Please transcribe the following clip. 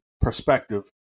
perspective